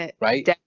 right